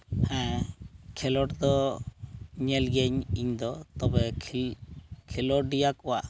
ᱦᱮᱸ ᱠᱷᱮᱞᱚᱰᱫᱚ ᱧᱮᱞ ᱜᱤᱭᱟᱹᱧ ᱤᱧᱫᱚ ᱛᱚᱵᱮ ᱠᱷᱮᱞ ᱠᱷᱮᱞᱳᱰᱤᱭᱟᱹ ᱠᱚᱣᱟᱜ